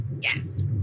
Yes